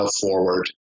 forward